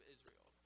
Israel